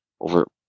over